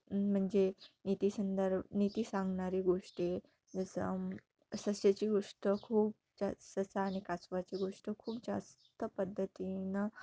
म्हणजे निती संंदर् नीती सांगणारी गोष्टी जसं सस्याची गोष्ट खूप जस ससा आणि कासवाची गोष्ट खूप जास्त पद्धतीनं